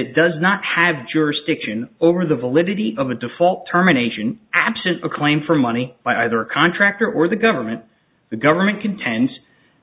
it does not have jurisdiction over the validity of a default terminations absent a claim for money by either contractor or the government the government contends